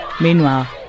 Meanwhile